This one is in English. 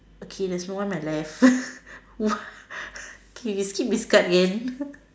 okay there's no one on my left what K we skip this card again